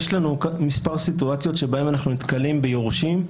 יש לנו כמה סיטואציות שבהן אנחנו נתקלים ביורשים,